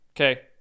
okay